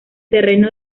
terreno